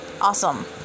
Awesome